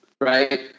Right